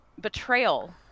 Betrayal